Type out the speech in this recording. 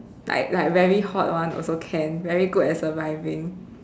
like like very hot [one] also can very good at surviving